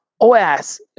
OS